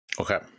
Okay